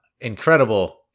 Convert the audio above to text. incredible